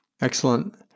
Excellent